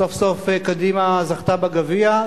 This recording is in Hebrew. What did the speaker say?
סוף-סוף קדימה זכתה בגביע,